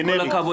גנרית.